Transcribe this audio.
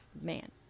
man